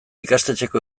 ikastetxeko